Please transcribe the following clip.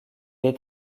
est